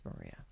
Maria